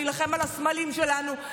נילחם על הסמלים שלנו,